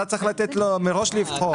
אתה צריך לתת לו מראש לבחור.